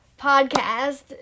podcast